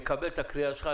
אני מקבל את הקריאה שלך.